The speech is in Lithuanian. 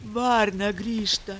va ar negrįžta